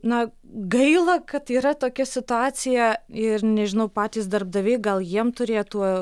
na gaila kad yra tokia situacija ir nežinau patys darbdaviai gal jiem turėtų